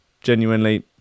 Genuinely